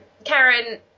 Karen